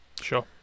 Sure